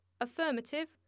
affirmative